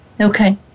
Okay